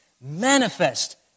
manifest